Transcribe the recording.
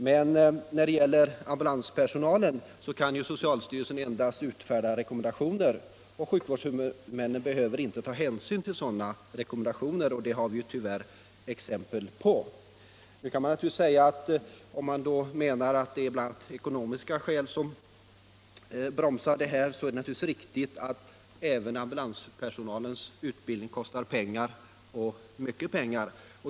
Men när det gäller ambulanspersonalen kan socialstyrelsen endast utfärda rekommendationer. Och sjukvårdshuvudmännen behöver inte ta hänsyn till dessa rekommendationer. Det har vi tyvärr exempel på. Man kan mena att det är bl.a. ekonomiska skäl som bromsar. Det är naturligtvis riktigt att ambulanspersonalens utbildning kostar pengar, mycket pengar.